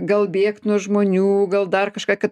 gal bėgt nuo žmonių gal dar kažką kad